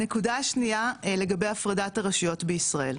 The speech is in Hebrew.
הנקודה השנייה לגבי הפרדת הרשויות בישראל,